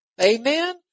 Amen